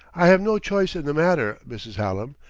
i have no choice in the matter, mrs. hallam.